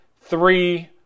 three